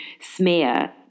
smear